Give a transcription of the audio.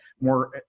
more